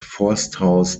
forsthaus